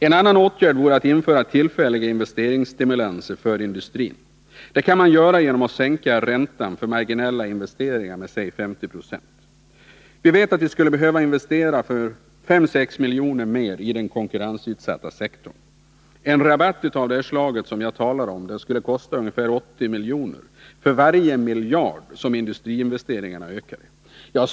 En annan åtgärd vore att införa tillfälliga investeringsstimulanser för industrin. Det kan man göra genom att sänka räntan för marginella investeringar med säg 50 20. Det skulle behöva investeras för 5-6 miljarder mer i den konkurrensutsatta sektorn. En rabatt av det slag jag talar om skulle kosta ca. 80 miljoner för varje miljard som industriinvesteringarna ökade.